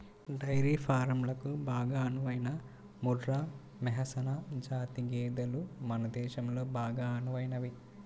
dairy ఫారంలకు బాగా అనువైన ముర్రా, మెహసనా జాతి గేదెలు మన దేశంలో బాగా అనువైనవి